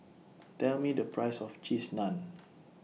Tell Me The Price of Cheese Naan